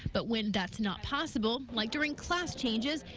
but when that's not possible. like during class changes.